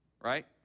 right